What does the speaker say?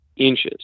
inches